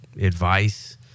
advice